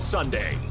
Sunday